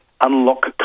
unlock